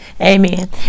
Amen